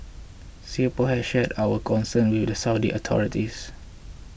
singapore has shared our concerns with the Saudi authorities